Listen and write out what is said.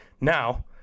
Now